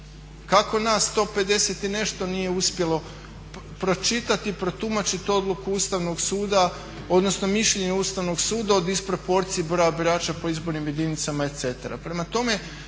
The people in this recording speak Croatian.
Kako nas 150 i nešto nije uspjelo pročitati i protumačiti odluku Ustavnog suda odnosno mišljenje Ustavnog suda o disproporciji broja birača po izbornim jedinicama i